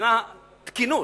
מבחינת התקינות,